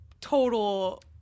total